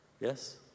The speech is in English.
Yes